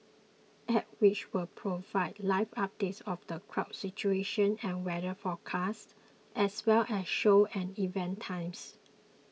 app which will provide live updates of the crowd situation and weather forecast as well as show and event times